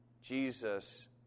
Jesus